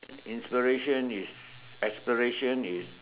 inspiration is aspiration is